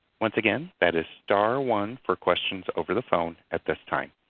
once again that is star one for questions over the phone at this time.